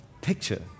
picture